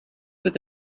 with